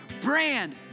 brand